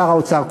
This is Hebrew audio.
שר האוצר,